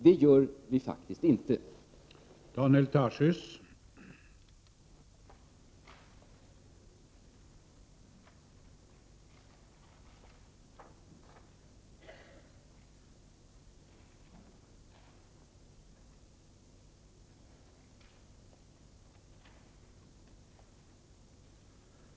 Så är faktiskt inte fallet.